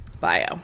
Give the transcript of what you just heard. Bio